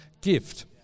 gift